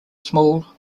small